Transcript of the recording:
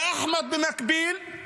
ואחמד, במקביל,